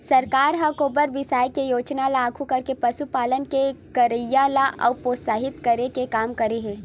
सरकार ह गोबर बिसाये के योजना ल लागू करके पसुपालन के करई ल अउ प्रोत्साहित करे के काम करे हे